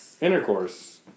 intercourse